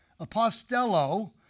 apostello